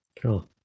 Cool